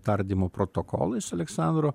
tardymo protokolais aleksandro